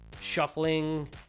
shuffling